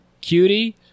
cutie